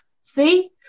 see